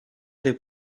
les